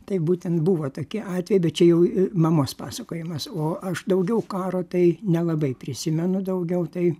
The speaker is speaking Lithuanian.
tai būtent buvo tokie atvejai bet čia jau mamos pasakojimas o aš daugiau karo tai nelabai prisimenu daugiau tai